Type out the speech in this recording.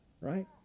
right